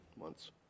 months